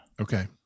Okay